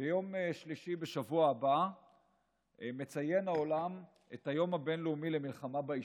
ביום שלישי בשבוע הבא מציין העולם את היום הבין-לאומי למלחמה בעישון.